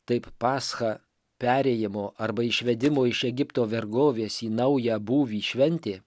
taip pascha perėjimo arba išvedimo iš egipto vergovės į naują būvį šventė